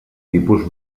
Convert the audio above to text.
tipus